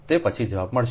તો પછી જવાબ મળશે